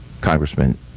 Congressman